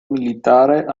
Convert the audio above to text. militare